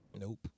Nope